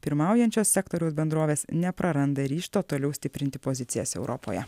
pirmaujančios sektoriaus bendrovės nepraranda ryžto toliau stiprinti pozicijas europoje